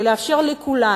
וכן לאפשר לכולנו,